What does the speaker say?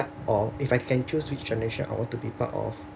part of if I can choose which generation want to be part of